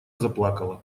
заплакала